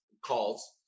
calls